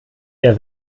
eher